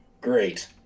Great